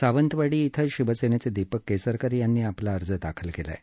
सावंतवाडी शिवसेनेचे दीपक केसरकर यांनी आपला अर्ज दाखल केला आहे